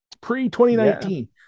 Pre-2019